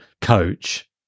coach